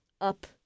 up